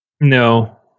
No